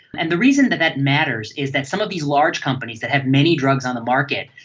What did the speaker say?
and the reason that that matters is that some of these large companies that have many drugs on the market,